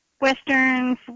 westerns